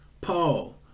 Paul